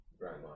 grandma